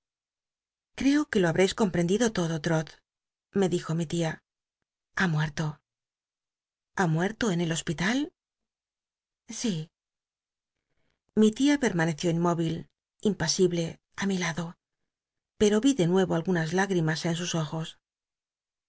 creo que lo habreis comprendido todo frol me dijo mi tia ha muerto ha muerto en el hospital sí mi tia permaneció inmóvil impasible á mi lado pero ví de nu o algunas lágrimas en sus ojos